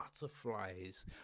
butterflies